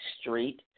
Street